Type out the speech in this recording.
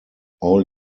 all